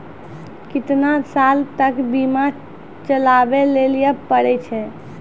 केतना साल तक बीमा चलाबै लेली पड़ै छै?